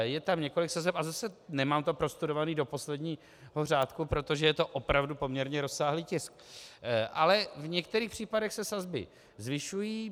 Je tam několik sazeb, a zase nemám to prostudováno do posledního řádku, protože je to opravdu poměrně rozsáhlý tisk, ale v některých případech se sazby zvyšují.